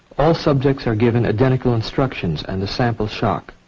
all subjects are given identical instructions and a sample shock.